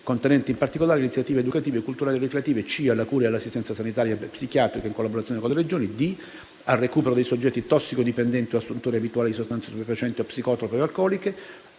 contenenti, in particolare, iniziative educative, culturali e ricreative; c) alla cura e all'assistenza sanitaria e psichiatrica, in collaborazione con le Regioni; d) al recupero dei soggetti tossicodipendenti o assuntori abituali di sostanze stupefacenti o psicotrope o alcoliche;